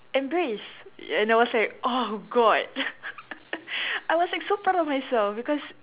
embrace and I was like oh god I was like so proud of myself because